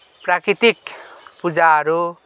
प्राकितिक पुजाहरू